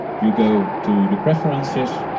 you go to the preferences